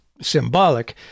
symbolic